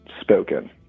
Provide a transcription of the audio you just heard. spoken